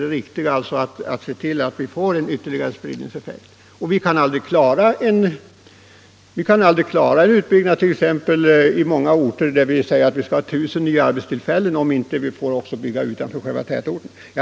Det riktiga är att se till, att vi får en sådan ytterligare spridningseffekt. Vi kan t.ex. aldrig klara utbyggnaden i många orter där vi säger att vi skall ha I 000 nya arbetstillfällen, om vi inte får bygga också utanför själva tätorterna.